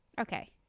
Okay